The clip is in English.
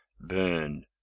burn